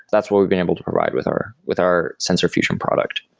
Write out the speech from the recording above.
that's what we've been able to provide with our with our sensor fusion product.